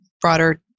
broader